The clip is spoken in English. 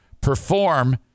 perform